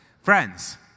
Friends